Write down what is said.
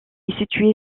situé